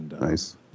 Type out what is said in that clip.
Nice